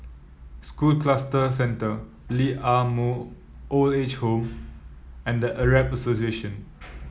School Cluster Centre Lee Ah Mooi Old Age Home and The Arab Association